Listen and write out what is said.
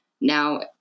now